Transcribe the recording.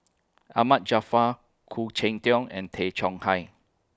Ahmad Jaafar Khoo Cheng Tiong and Tay Chong Hai